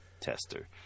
tester